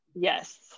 Yes